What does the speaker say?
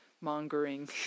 mongering